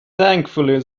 thankfully